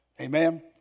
amen